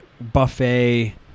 buffet